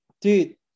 dude